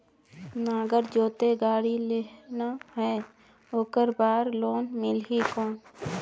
नागर जोते गाड़ी लेना हे ओकर बार लोन मिलही कौन?